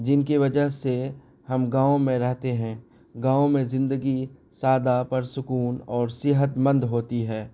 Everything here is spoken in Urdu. جن کی وجہ سے ہم گاؤں میں رہتے ہیں گاؤں میں زندگی سادہ پر سکون اور صحت مند ہوتی ہے